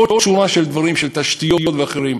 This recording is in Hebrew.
ועוד שורה של דברים, של תשתיות ואחרים.